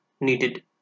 needed